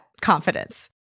confidence